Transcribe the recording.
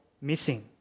missing